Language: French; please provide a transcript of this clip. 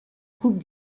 coupe